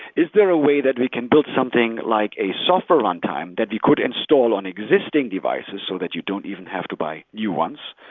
is there a way that we can build something like a software runtime that we could install on existing devices so that you don't even have to buy new ones?